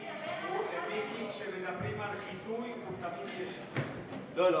מיקי, כשמדברים על, הוא תמיד, לא, לא.